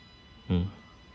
mm